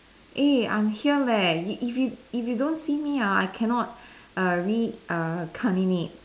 eh I'm here leh if you if you don't see me ah I cannot err re~ err reincarnate